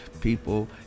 people